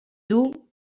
dur